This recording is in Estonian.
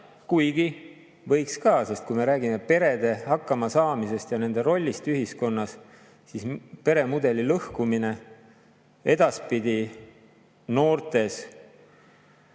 Kuigi võiks, sest kui me räägime perede hakkamasaamisest ja nende rollist ühiskonnas, siis peremudeli lõhkumine, edaspidi noores